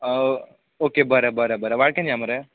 okay बरें बरें बरें वाळकेन या मरे